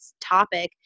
topic